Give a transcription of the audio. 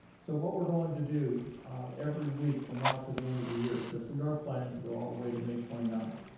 so what we're going to do every week, from now till the end of the year because we are planning to go all the way to may twenty ninth,